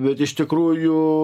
bet iš tikrųjų